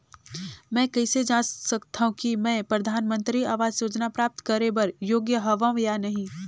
मैं कइसे जांच सकथव कि मैं परधानमंतरी आवास योजना प्राप्त करे बर योग्य हववं या नहीं?